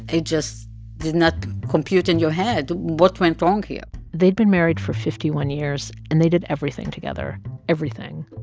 it just did not compute in your head what went wrong here they'd been married for fifty one years, and they did everything together everything.